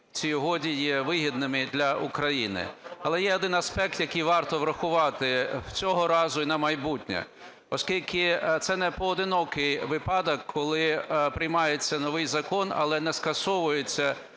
цій угоді, є вигідними для України. Але є один аспект, який варто врахувати цього разу і на майбутнє, оскільки це непоодинокий випадок, коли приймається новий закон, але не скасовується